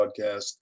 podcast